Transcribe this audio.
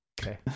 Okay